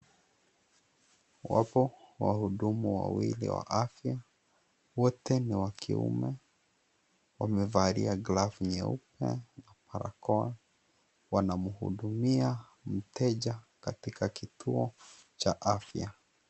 Wapo wahudumu wawili wa afya, wote ni wa kiume. Wamevalia glavu nyeupe, barakoa, wanamhudumia mteja katika kituo cha afya.